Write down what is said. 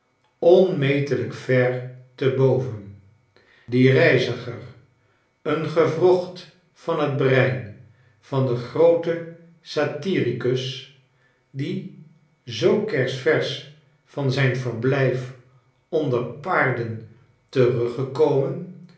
onmetelijk ver te boven die reiziger een gewrocht van het brein van den grooten satiricus die zoo kersversch van zijn verblijf onder paarden teruggekomen